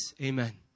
amen